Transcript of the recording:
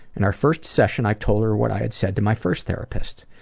and our first session i told her what i had said to my first therapist.